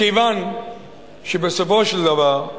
מכיוון שבסופו של דבר,